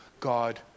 God